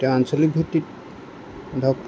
তেওঁ আঞ্চলিক ভিত্তিত ধৰক